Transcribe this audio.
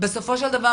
בסופו של דבר,